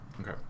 Okay